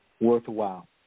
worthwhile